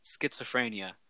schizophrenia